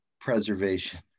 preservation